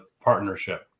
partnership